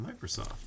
Microsoft